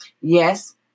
yes